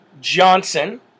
Johnson